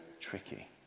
tricky